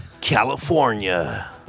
california